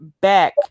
back